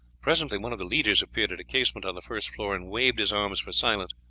presently one of the leaders appeared at a casement on the first floor and waved his arms for silence.